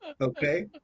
Okay